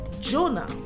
jonah